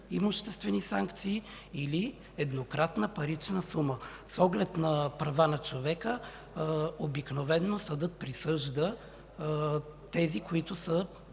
имуществени санкции или еднократна парична сума. С оглед правата на човека обикновено съдът присъжда периодичните